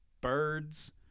birds